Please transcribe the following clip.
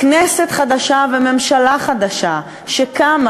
כנסת חדשה וממשלה חדשה שקמה